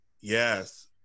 yes